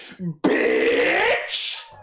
bitch